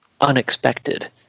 unexpected